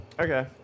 okay